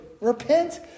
repent